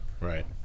Right